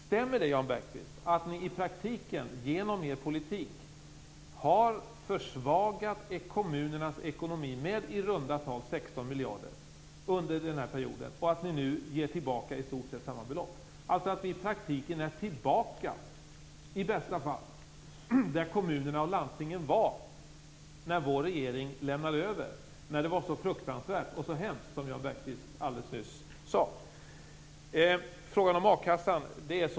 Stämmer det, Jan Bergqvist, att ni i praktiken genom er politik har försvagat kommunernas ekonomi med ca 16 miljarder under denna period och att ni nu ger tillbaka i stort sett samma belopp? Stämmer det att ni i bästa fall är tillbaka där kommunerna och landstingen var när vår regering lämnade över? Då var det ju så fruktansvärt och hemskt, enligt vad Jan Bergqvist alldeles nyss sade.